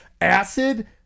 acid